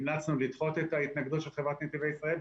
המלצנו לדחות את ההתנגדות של חברת נתיבי ישראל,